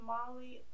Molly